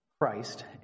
Christ